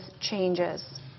changes